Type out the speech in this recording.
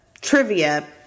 trivia